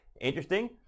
Interesting